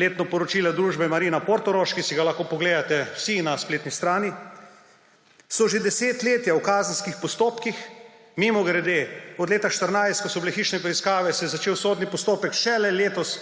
letno poročilo družbe Marina Portorož, ki si ga lahko pogledate vsi na spletni strani, so že desetletja v kazenskih postopkih – mimogrede, od leta 2014, ko so bile hišne preiskave, se je začel sodni postopek šele letos